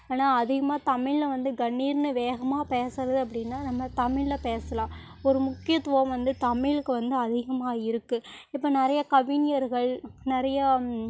ஆனால் அதிகமாக தமிழ்ல வந்து கணீர்னு வேகமாக பேசுறது அப்படின்னா நம்ம தமிழ்ல பேசலாம் ஒரு முக்கியத்துவம் வந்து தமிழுக்கு வந்து அதிகமாக இருக்குது இப்போ நிறைய கவிஞர்கள் நிறையா